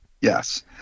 yes